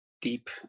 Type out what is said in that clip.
deep